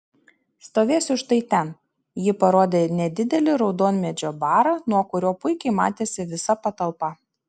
stovėsiu štai ten ji parodė nedidelį raudonmedžio barą nuo kurio puikiai matėsi visa patalpa